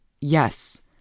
Yes